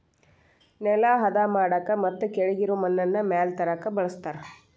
ನೆಲಾ ಹದಾ ಮಾಡಾಕ ಮತ್ತ ಕೆಳಗಿರು ಮಣ್ಣನ್ನ ಮ್ಯಾಲ ತರಾಕ ಬಳಸ್ತಾರ